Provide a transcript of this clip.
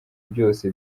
byose